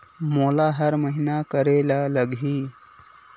मोला हर महीना करे ल लगही?